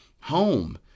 home